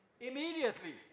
Immediately